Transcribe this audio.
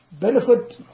benefit